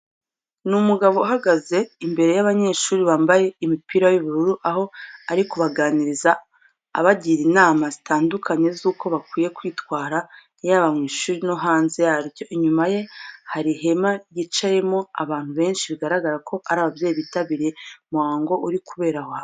Ni umugabo uhugaze imbere y'abanyeshuri bambaye imipira y'ubururu, aho ari kubaganiriza abagira inama zitandukanye z'uko bakwiye kwitwara yaba ku ishuri no hanze yaryo. Inyuma ye hari ihema ryicayemo abantu benshi, bigaragara ko ari ababyeyi bitabiriye umuhango uri kubera hano.